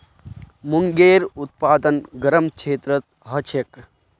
मूंगेर उत्पादन गरम क्षेत्रत ह छेक